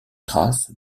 trace